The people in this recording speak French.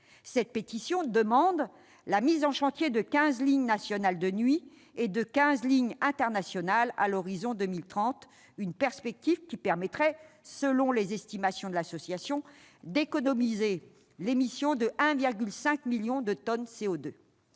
Cette pétition demande la mise en chantier de quinze lignes nationales de nuit et de quinze lignes internationales à l'horizon de 2030. Une perspective qui permettrait, selon les estimations de l'association à l'origine de la pétition, d'économiser l'émission de 1,5 million de tonnes de CO2.